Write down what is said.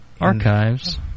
archives